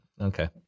Okay